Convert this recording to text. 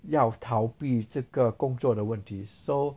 要逃避这个工作的问题 so